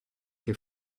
che